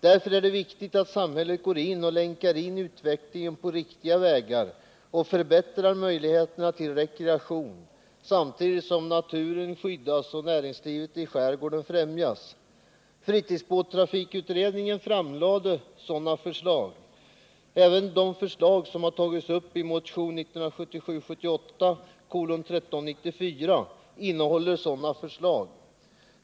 Därför är det viktigt att samhället går in och länkar in utvecklingen på riktiga vägar och förbättrar möjligheterna till rekreation samtidigt som naturen skyddas och näringslivet i skärgården främjas. Fritidsbåttrafikutredningen framlade förslag i den riktningen. Även de förslag som tagits upp i motion 1977/78:1394 omfattar sådana åtgärder.